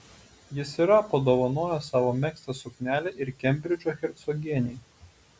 jis yra padovanojęs savo megztą suknelę ir kembridžo hercogienei